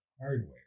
hardware